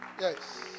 yes